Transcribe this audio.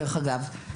דרך אגב,